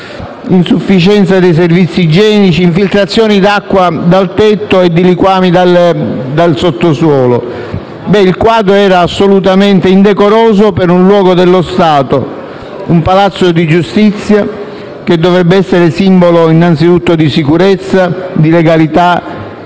insufficienza dei servizi igienici; infiltrazioni d'acqua dal tetto e di liquami dal sottosuolo. Il quadro era assolutamente indecoroso per un luogo dello Stato, un palazzo di giustizia che dovrebbe essere simbolo, innanzitutto, di sicurezza, di legalità e - perché